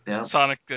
Sonic